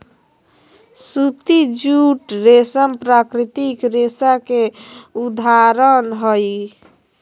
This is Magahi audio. सूती, जूट, रेशम प्राकृतिक रेशा के उदाहरण हय